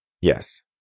Yes